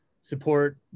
support